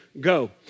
go